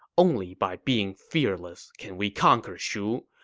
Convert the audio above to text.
only by being fearless can we conquer shu.